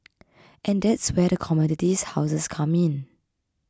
and that's where the commodities houses come in